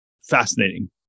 Fascinating